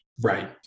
Right